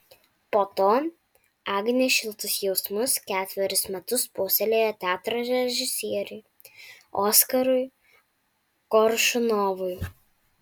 po to agnė šiltus jausmus ketverius metus puoselėjo teatro režisieriui oskarui koršunovui